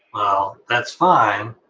well, that's fine,